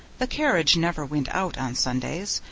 the carriage never went out on sundays,